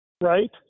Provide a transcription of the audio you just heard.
Right